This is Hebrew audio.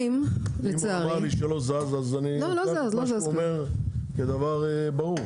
אבל אם הוא אמר לי שלא זז אני לוקח את מה שהוא אומר כדבר ברור.